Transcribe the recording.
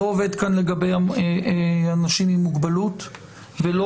לא עובד כאן לגבי אנשים עם מוגבלות ולא